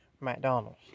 McDonald's